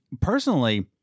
personally